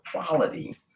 quality